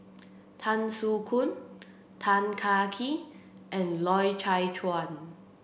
Tan Soo Khoon Tan Kah Kee and Loy Chye Chuan